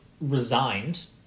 resigned